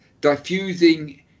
diffusing